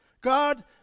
God